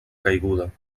caiguda